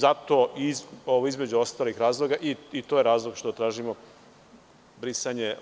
Zato, između ostalih razloga, i to je razlog što tražimo brisanje